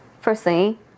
Firstly